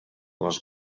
les